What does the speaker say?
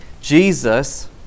Jesus